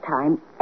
time